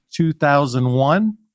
2001